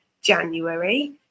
January